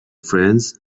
friends